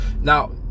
Now